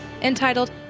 entitled